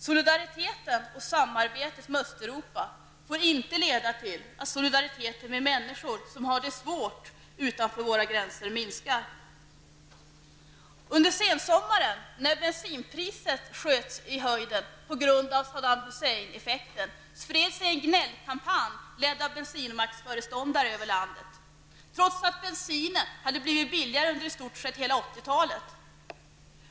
Solidariteten och samarbetet med Östeuropa får inte leda till att solidariteten med människor som har det svårt utanför våra gränser minskar. Under sensommaren, när bensinpriset sköt i höjden på grund av Saddam Hussein-effekten, spred sig en gnällkampanj ledd av bensinmacksföreståndare över landet, trots att bensinen hade blivit billigare under i stort sett hela 80-talet.